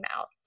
out